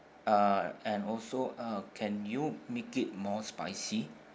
uh and also uh can you make it more spicy